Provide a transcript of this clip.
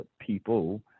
people